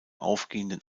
aufgehenden